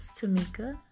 Tamika